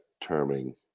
terming